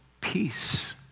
peace